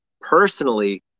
Personally